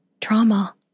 trauma